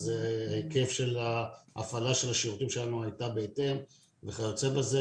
אז היקף הפעלת השירותים שלנו היה בהתאם וכיוצא בזה.